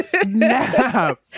snap